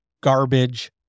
garbage